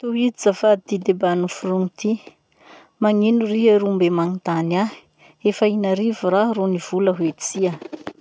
Tohizo zafady ty debat noforony ty: 'Magnino riha ro mbe magnotany ahy? Efa inarivo raho ro nivola hoe tsia'!